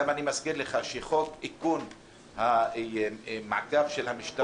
אני מזכיר לך שחוק התיקון המעקב של המשטרה,